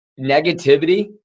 negativity